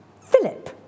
Philip